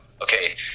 okay